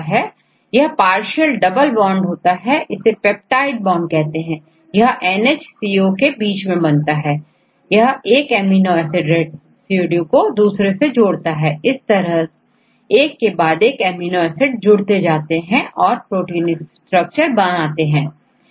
यह strong bond होता है यह पार्सियल डबल बॉन्ड होता है इसे पेप्टाइड बॉन्ड कहते हैं यहNH CO के बीच बनता है यह 1 अमीनो एसिड रेसिड्यू को दूसरे से जोड़ता है इस तरह एक के बाद एक एमिनो एसिड जुड़ते जाते हैं और प्रोटीन स्ट्रक्चर बनाते हैं